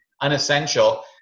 unessential